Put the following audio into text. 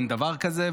אין דבר כזה,